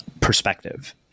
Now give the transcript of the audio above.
perspective